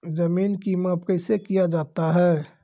जमीन की माप कैसे किया जाता हैं?